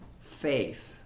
faith